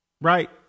right